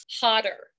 hotter